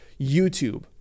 YouTube